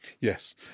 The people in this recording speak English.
Yes